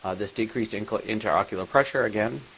ah this decreased and interocular pressure, again,